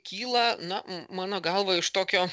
kyla na mano galva iš tokio